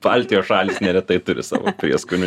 baltijos šalys neretai turi savo prieskonių